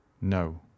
no